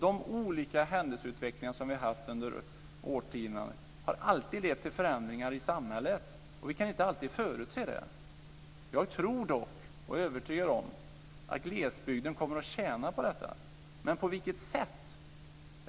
De olika händelseutvecklingar som vi har haft under årtiondena har alltid lett till förändringar i samhället. Vi kan inte alltid förutse dem. Jag är dock övertygad om att glesbygden kommer att tjäna på detta. Men jag